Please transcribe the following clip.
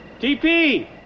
TP